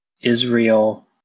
Israel